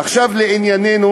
עכשיו לענייננו,